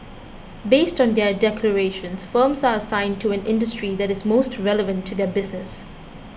based on their declarations firms are assigned to an industry that is most relevant to their business